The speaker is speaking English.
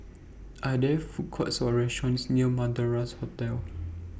Are There Food Courts Or restaurants near Madras Hotel